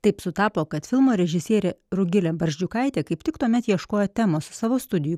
taip sutapo kad filmo režisierė rugilė barzdžiukaitė kaip tik tuomet ieškojo temos savo studijų